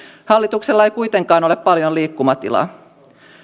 hallituksella ei kuitenkaan ole paljon liikkumatilaa